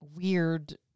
weird